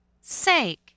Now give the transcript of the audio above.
Sake